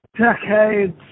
decades